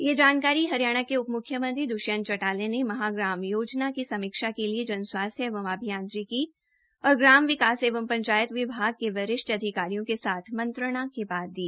यह जानकारी हरियाणा के उप मुख्यमंत्री दुष्यंत चौटाला ने महाग्राम योजना की समीक्षा के लिए जन स्वास्थ्य एवं अभियांत्रिकी और ग्राम विकास व पंचायत विभाग के वरिष्ठ अधिकरियों के साथ मंत्रणा के बाद दी